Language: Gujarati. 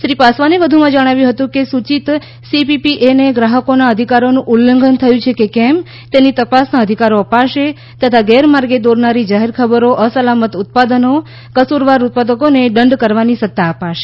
શ્રી પાસવાને વધુમાં જણાવ્યું હતું કે સૂચિત સીસીપીએને ગ્રાહકોના અધિકારોનું ઉલ્લંઘન થયું છે કે કેમ તેની તપાસના અધિકારો અપાશે તથા ગેરમાર્ગે દોરનારી જાહેરખબરો અસાલમત ઉત્પાદનો કસૂરવાર ઉત્પાદકોને દંડ કરવાની સત્તા અપાશે